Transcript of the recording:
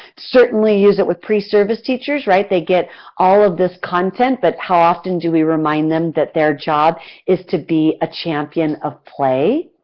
certainly use it with preservice teachers, right, they get all of this content and but how often do we remind them that their job is to be a champion of play?